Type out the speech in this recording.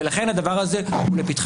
ולכן הדבר הזה לפתחכם,